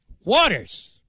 Waters